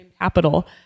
capital